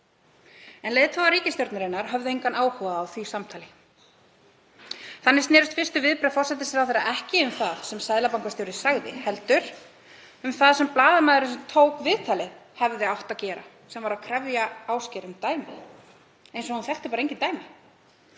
En leiðtogar ríkisstjórnarinnar höfðu engan áhuga á því samtali. Þannig snerust fyrstu viðbrögð forsætisráðherra ekki um það sem seðlabankastjóri sagði heldur um það sem blaðamaðurinn tók viðtalið hefði átt að gera, sem var að krefja Ásgeir um dæmi, eins og hann þekkti bara engin dæmi.